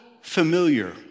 familiar